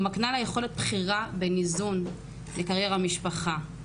מקנה לה יכולת בחירה באיזון בין קריירה ומשפחה.